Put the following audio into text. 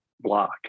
block